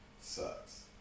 sucks